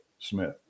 Smith